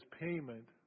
payment